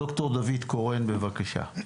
ד"ר דוד קורן בבקשה.